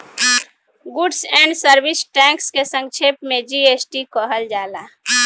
goods and service tax के संक्षेप में जी.एस.टी कहल जाला